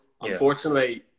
unfortunately